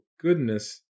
goodness